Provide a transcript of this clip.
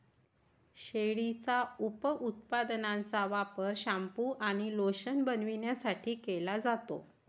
शेळीच्या उपउत्पादनांचा वापर शॅम्पू आणि लोशन बनवण्यासाठी केला जातो